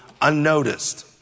unnoticed